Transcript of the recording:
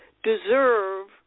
deserve